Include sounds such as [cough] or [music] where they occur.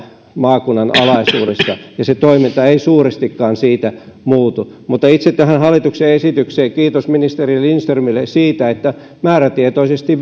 maakunnan alaisuudessa ja se toiminta ei suurestikaan siitä muutu mutta itse tähän hallituksen esitykseen kiitos ministeri lindströmille siitä että määrätietoisesti [unintelligible]